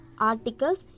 articles